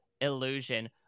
illusion